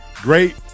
great